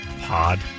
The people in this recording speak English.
pod